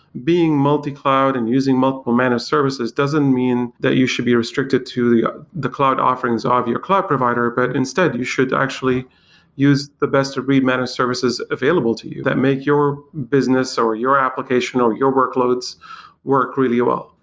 being multi-cloud and using multiple managed services doesn't mean that you should be restricted to the the cloud offerings ah of your cloud provider, but instead you should actually use the best of breed managed services available to you that make your business or your application or your workloads work really well.